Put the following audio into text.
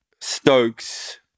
Stokes